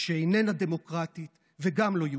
שאיננה דמוקרטית וגם לא יהודית.